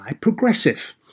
Progressive